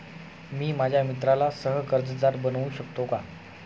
मी माझ्या मित्राला सह कर्जदार बनवू शकतो का?